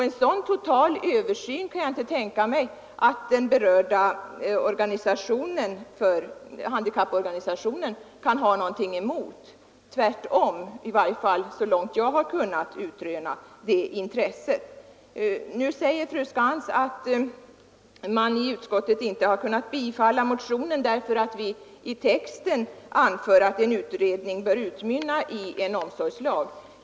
En sådan total översyn kan jag inte tänka mig att den berörda handikapporganisationen kan ha någonting emot. Tvärtom, i varje fall så långt jag har kunnat utröna. Nu säger fru Skantz att man i utskottet inte har kunnat tillstyrka motionen därför att vi i texten anför att en utredning bör utmynna i en omsorgslag.